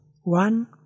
One